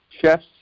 Chefs